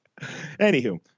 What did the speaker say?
Anywho